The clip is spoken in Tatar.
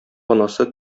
анасы